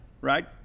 right